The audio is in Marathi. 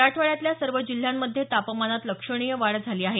मराठवाड्यातल्या सर्व जिल्ह्यांमध्ये तापमानात लक्षणीय वाढ झाली आहे